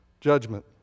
judgment